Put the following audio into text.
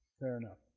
fair enough.